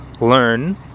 learn